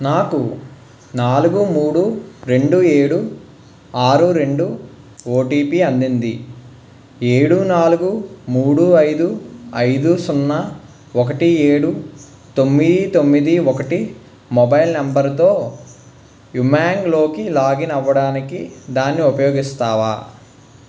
నాకు నాలుగు మూడు రెండు ఏడు ఆరు రెండు ఓటీపీ అందింది ఏడు నాలుగు మూడు ఐదు ఐదు సున్నా ఒకటి ఏడు తొమ్మిది తొమ్మిది ఒకటి మొబైల్ నెంబర్తో యూమ్యాంగ్లోకి లాగిన్ అవ్వడానికి దాన్ని ఉపయోగిస్తావా